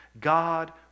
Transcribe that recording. God